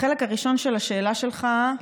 החלק הראשון של השאלה שלך,